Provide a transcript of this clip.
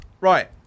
Right